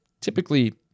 typically